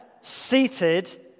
Seated